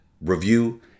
review